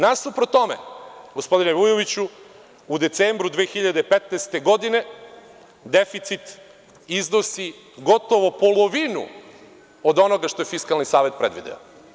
Nasuprot tome, gospodine Vujoviću, u decembru 2015. godine deficit iznosi gotovo polovinu od onoga što je Fiskalni savet predvideo.